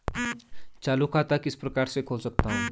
चालू खाता किस प्रकार से खोल सकता हूँ?